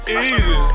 easy